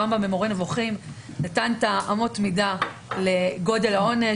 הרמב"ם במורה נבוכים נתן אמות מידה לגודל העונש,